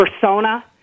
persona